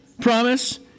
promise